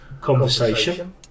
conversation